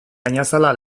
gainazala